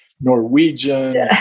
Norwegian